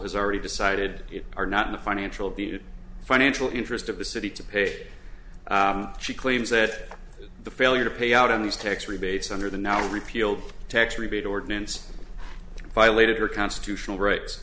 has already decided it are not in the financial the financial interest of the city to pay she claims that the failure to pay out in these tax rebates under the now repealed tax rebate ordinance violated her constitutional rights